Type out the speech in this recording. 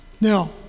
Now